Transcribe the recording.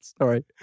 Sorry